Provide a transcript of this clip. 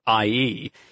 IE